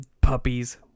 puppies